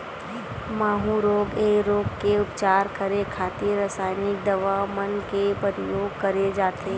माहूँ रोग ऐ रोग के उपचार करे खातिर रसाइनिक दवा मन के परियोग करे जाथे